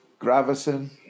Gravison